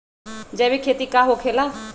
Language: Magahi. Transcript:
जैविक खेती का होखे ला?